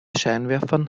scheinwerfern